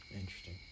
Interesting